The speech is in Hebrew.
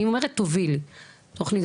אני אומרת, תובילי תוכנית.